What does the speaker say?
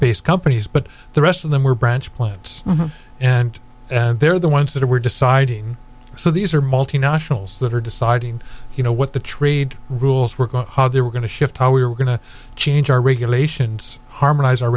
based companies but the rest of them were branch plants and they're the ones that were deciding so these are multinationals that are deciding you know what the trade rules work how they're going to shift how we're going to change our regulations harmonizer re